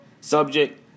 subject